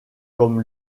comme